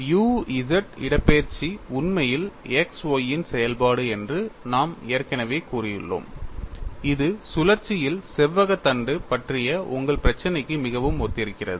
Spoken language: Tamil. u z இடப்பெயர்ச்சி உண்மையில் x y இன் செயல்பாடு என்று நாம் ஏற்கனவே கூறியுள்ளோம் இது சுழற்சியில் செவ்வக தண்டு பற்றிய உங்கள் பிரச்சினைக்கு மிகவும் ஒத்திருக்கிறது